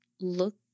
look